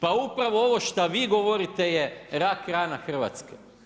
Pa upravo ovo što vi govorite je rak rana Hrvatske.